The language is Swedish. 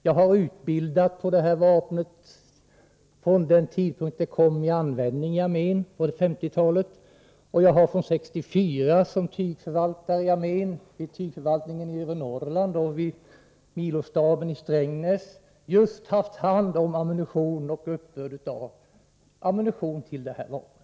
Jag har givit utbildning i användandet av det här vapnet från den tidpunkt på 1950-talet då det introducerades i armén, och jag har från 1964 som tygförvaltare i armén — vid tygförvaltningen i övre Norrland och vid milo-staben i Strängnäs — haft hand om ammunition och uppbörd av ammunition till just detta vapen.